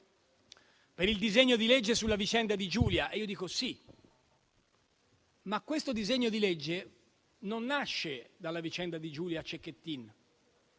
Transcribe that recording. per il disegno di legge sulla vicenda di Giulia. Questo disegno di legge non nasce però dalla vicenda di Giulia Cecchettin: